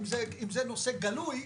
אם זה נושא גלוי.